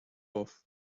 off